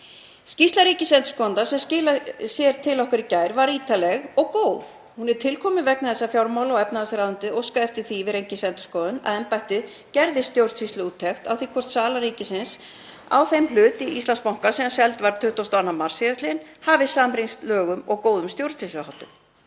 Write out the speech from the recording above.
Skýrsla ríkisendurskoðanda sem skilaði sér til okkar í gær var ítarleg og góð. Hún er til komin vegna þess að fjármála- og efnahagsráðuneytið óskaði eftir því við Ríkisendurskoðun að embættið gerði stjórnsýsluúttekt á því hvort sala ríkisins á þeim hlut í Íslandsbanka sem seldur var 22. mars síðastliðinn hafi samrýmst lögum og góðum stjórnsýsluháttum.